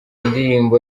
ndirimbo